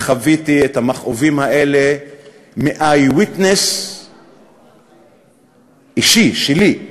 וחוויתי את המכאובים האלה מ-eye witness אישי שלי.